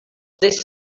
this